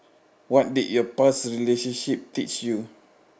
what did your past relationship teach you